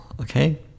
okay